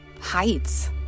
Heights